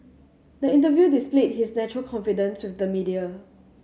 the interview displayed his natural confidence with the media